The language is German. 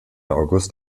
august